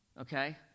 okay